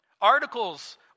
articles